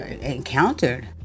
encountered